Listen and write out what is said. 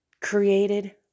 created